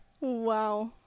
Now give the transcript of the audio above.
Wow